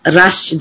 rush